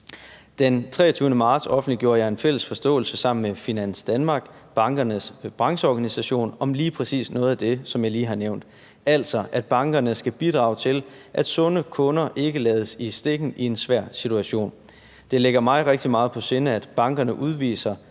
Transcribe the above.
Den 23. marts offentliggjorde jeg en fælles forståelse sammen med Finans Danmark, bankernes brancheorganisation, om lige præcis noget af det, som jeg lige har nævnt, altså at bankerne skal bidrage til, at sunde kunder ikke lades i stikken i en svær situation. Det ligger mig rigtig meget på sinde, at bankerne udviser